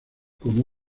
como